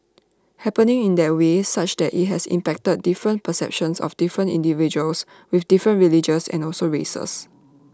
happening in that way such that IT has impacted different perceptions of different individuals with different religions and also races